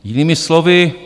Jinými slovy.